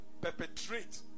perpetrate